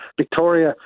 Victoria